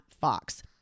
Fox